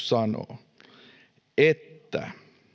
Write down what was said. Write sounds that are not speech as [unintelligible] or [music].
[unintelligible] sanoo että